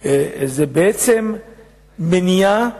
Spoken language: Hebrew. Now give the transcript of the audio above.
הוא בעצם מניעה